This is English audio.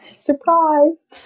surprise